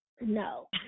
No